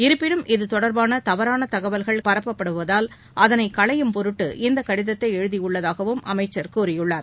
இருப்பினும் இது தொடர்பாக தவறான தகவல்கள் பரப்பப்படுவதால் அதனை களையும் பொருட்டு இந்த கடிதத்தை எழுதியுள்ளதாகவும் அமைச்சர் கூறியுள்ளார்